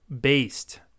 based